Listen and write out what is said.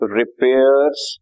repairs